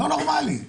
לא נורמלי.